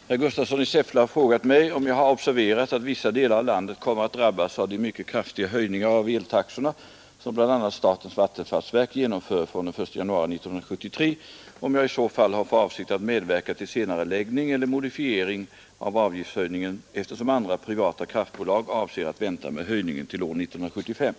Herr talman! Herr Gustafsson i Säffle har frågat mig om jag har observerat att vissa delar av landet kommer att drabbas av de mycket kraftiga höjningar av eltaxorna som bl.a. statens vattenfallsverk genomför från den 1 januari 1973 och om jag i så fall har för avsikt att medverka till senareläggning eller modifiering av avgiftshöjningen eftersom andra privata kraftbolag avser att vänta med höjningen till år 1975.